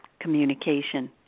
communication